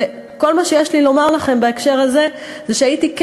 וכל מה שיש לי לומר לכם בהקשר הזה זה שהייתי כן